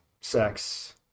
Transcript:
sex